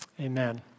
Amen